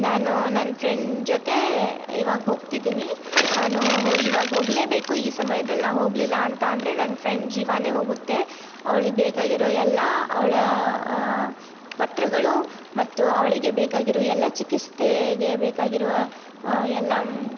ನಾನು ನನ್ನ ಫ್ರೆಂಡ್ ಜೊತೆ ಇವಾಗ ಹೋಗ್ತಿದ್ದೀನಿ ನಾನು ಇವಾಗ ಹೋಗಲೇಬೇಕು ಈ ಸಮಯದಲ್ಲಿ ನಾವು ಹೋಗಲಿಲ್ಲ ಅಂತ ಅಂದರೆ ನನ್ನ ಫ್ರೆಂಡ್ ಜೀವನೇ ಹೋಗುತ್ತೆ ಅವ್ಳಿಗೆ ಬೇಕಾಗಿರೋ ಎಲ್ಲ ಅವಳ ಪತ್ರಗಳು ಮತ್ತು ಅವಳಿಗೆ ಬೇಕಾಗಿರೋ ಎಲ್ಲ ಚಿಕಿತ್ಸೆಗೆ ಬೇಕಾಗಿರುವ ಎಲ್ಲ